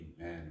Amen